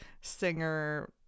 singer